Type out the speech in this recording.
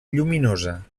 lluminosa